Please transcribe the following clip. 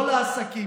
לא לעסקים,